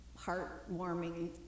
heartwarming